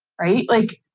right? like,